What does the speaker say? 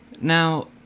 Now